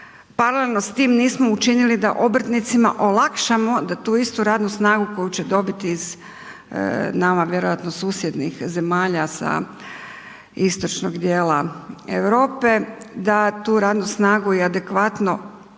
paralelno s tim nismo učinili da obrtnicima olakšamo da tu istu radnu snagu koju će dobiti iz nama vjerojatno susjednih zemalja sa istočnog dijela Europe, da tu radnu snagu i adekvatno brzo